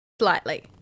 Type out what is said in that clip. Slightly